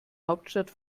hauptstadt